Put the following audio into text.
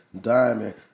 diamond